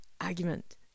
argument